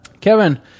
Kevin